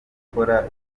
gukora